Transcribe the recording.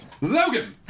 Logan